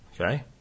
Okay